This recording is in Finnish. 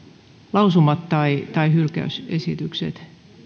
lausumat tai tai hylkäysesitykset